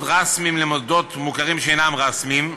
רשמיים לבין מוסדות מוכרים שאינם רשמיים.